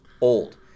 old